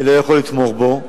לא יכול לתמוך בו,